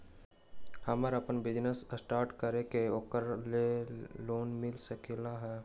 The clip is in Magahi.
हमरा अपन बिजनेस स्टार्ट करे के है ओकरा लेल लोन मिल सकलक ह?